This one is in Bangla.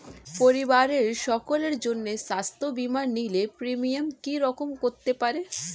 পরিবারের সকলের জন্য স্বাস্থ্য বীমা নিলে প্রিমিয়াম কি রকম করতে পারে?